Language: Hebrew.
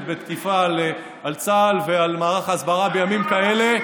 בתקיפה על צה"ל ועל מערך ההסברה בימים כאלה.